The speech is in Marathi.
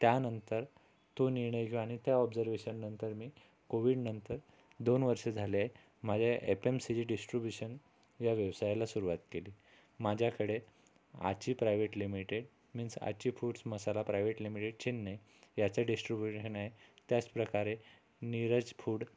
त्यानंतर तो निर्णय घेऊन आणि त्या ऑब्जर्वेशननंतर मी कोव्हिडनंतर दोन वर्ष झालेय माझ्या F M C G distribution ह्या व्यवसायाला सुरूवात केली माझ्याकडे Aachi private limited means Aachi foods masala private limited Chennai याचे डिस्ट्रिब्युशन आहे त्याचप्रकारे नीरज फूड